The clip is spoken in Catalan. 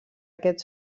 aquest